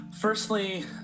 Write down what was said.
Firstly